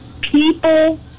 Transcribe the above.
people